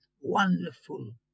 wonderful